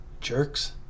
jerks